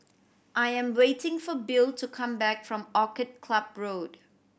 I am waiting for Bill to come back from Orchid Club Road